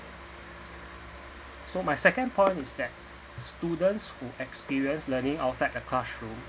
so my second point is that students who experience learning outside the classroom